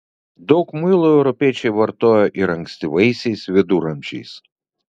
daug muilo europiečiai vartojo ir ankstyvaisiais viduramžiais